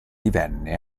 divenne